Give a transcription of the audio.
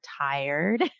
tired